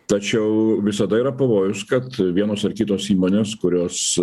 tačiau visada yra pavojus kad vienos ar kitos įmonės kurios